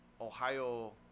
Ohio